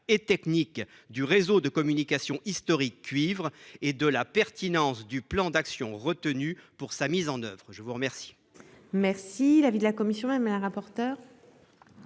et technique du réseau de communication historique cuivre et sur la pertinence du plan d'action retenu pour sa mise en oeuvre. Quel